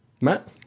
Matt